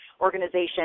organization